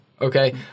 okay